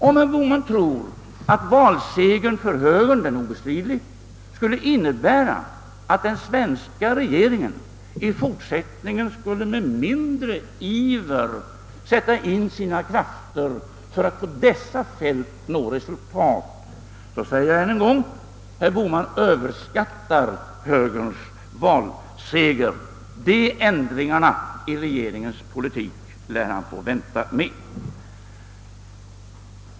Om herr Bohman tror att högerns valseger — den är obestridlig — skulle medföra att den svenska regeringen i fortsättningen med mindre iver skulle sätta in sina krafter för att nå resultat på dessa fält, så överskattar herr Bohman — jag säger detta ännu en gång — betydelsen av högerns valseger. De ändringarna i regeringens politik lär han få vänta på.